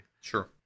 Sure